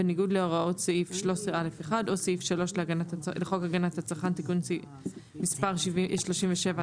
בניגוד להוראות סעיף 13א1 או סעיף 3 לחוק הגנת הצרכן (תיקון מס' 37),